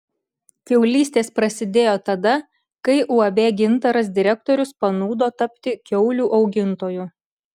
kiaulystės prasidėjo tada kai uab gintaras direktorius panūdo tapti kiaulių augintoju